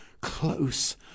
Close